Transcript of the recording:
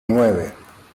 nueve